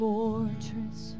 Fortress